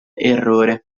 errore